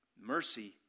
Mercy